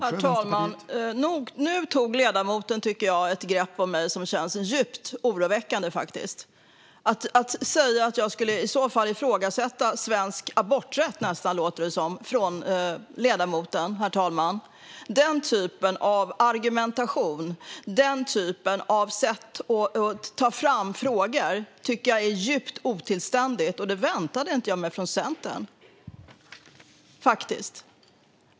Herr talman! Nu tycker jag att ledamoten tog ett grepp om mig som känns djupt oroväckande. Det låter, herr talman, från ledamoten nästan som att jag i så fall skulle ifrågasätta svensk aborträtt. Den typen av argumentation och det sättet att ta fram frågor tycker jag är djupt otillständigt, och det väntade jag mig faktiskt inte från Centern.